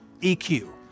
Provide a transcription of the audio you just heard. EQ